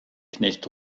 knecht